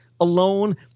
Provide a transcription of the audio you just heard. alone